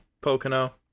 Pocono